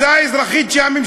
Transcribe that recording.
ביטחוניות,